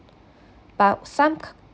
but some